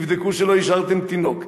תבדקו שלא השארתם תינוק.